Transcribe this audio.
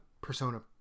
Persona